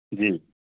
ਜੀ